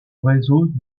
réseau